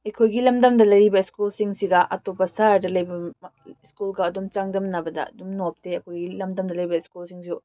ꯑꯩꯈꯣꯏꯒꯤ ꯂꯝꯗꯝꯗ ꯂꯩꯔꯤꯕ ꯁ꯭ꯀꯨꯜꯁꯤꯡꯁꯤꯒ ꯑꯇꯣꯞꯄ ꯁꯍꯔꯗ ꯂꯩꯕ ꯁ꯭ꯀꯨꯜꯒ ꯑꯗꯨꯝ ꯆꯥꯡꯗꯝꯅꯕꯗ ꯑꯗꯨꯝ ꯅꯣꯞꯇꯦ ꯑꯩꯈꯣꯏꯒꯤ ꯂꯝꯗꯝꯗ ꯂꯩꯕ ꯁ꯭ꯀꯨꯜꯁꯤꯡꯁꯨ